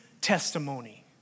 testimony